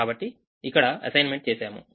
కాబట్టి ఇక్కడ అసైన్మెంట్ చేసాము